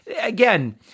Again